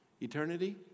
eternity